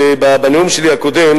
בנאום הקודם